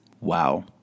Wow